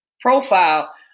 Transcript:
profile